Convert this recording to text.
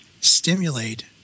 stimulate